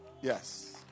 Yes